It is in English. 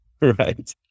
right